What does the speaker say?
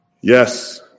Yes